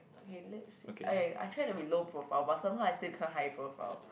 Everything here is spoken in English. okay let's see okay I try to be low profile but somehow I am still become high profile